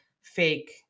fake